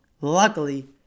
luckily